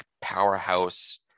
powerhouse